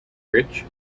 rich